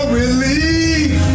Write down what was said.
relief